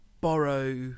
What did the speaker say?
borrow